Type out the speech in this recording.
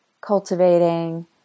cultivating